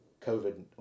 COVID